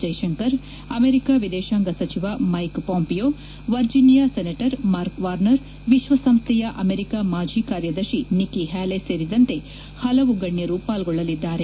ಜೈ Shankar America ವಿದೇಶಾಂಗ ಸಚಿವ Mike Pompeo Virginia senator Mark Warner ವಿಶ್ವಸಂಸ್ದೆಯ ಅಮೆರಿಕ ಮಾಜಿ ಕಾರ್ಯದರ್ಶಿ ನಿಕಿ ಹ್ಯಾಲೆ ಸೇರಿದಂತೆ ಹಲವು ಗಣ್ಯರು ಪಾಲ್ಡೊಳ್ಳಲಿದ್ದಾರೆ